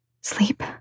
Sleep